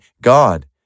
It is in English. God